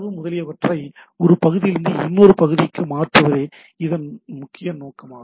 தரவு முதலியவற்றை ஒரு பகுதியிலிருந்து இன்னொரு பகுதிக்கு மாற்றுவதே இதன் முக்கிய நோக்கம்